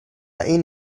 این